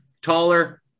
taller